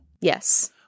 Yes